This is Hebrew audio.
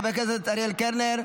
חבר הכנסת אריאל קלנר,